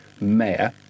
mayor